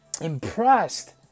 impressed